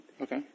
Okay